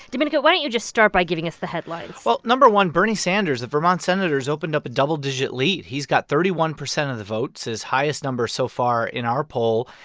domenico, why don't you just start by giving us the headlines? well, no. one, bernie sanders, the vermont senator, has opened up a double-digit lead. he's got thirty one percent of the votes, his highest number so far in our poll.